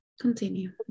Continue